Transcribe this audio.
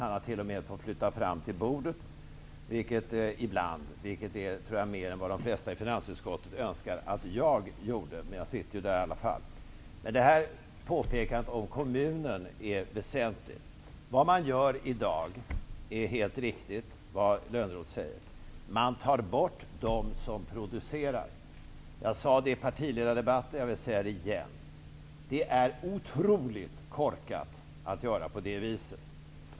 Han har t.o.m. flyttat fram till bordet, vilket är mer än vad de flesta i finansutskottet önskar att jag hade gjort. Men jag sitter där i alla fall. Påpekandet om kommunen är väsentligt. Vad Lönnroth säger om vad som görs i dag är helt riktigt. Man tar bort dem som producerar. Jag sade detta i partiledardebatten, och jag vill säga det igen. Det är otroligt korkat att göra så.